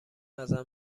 ازم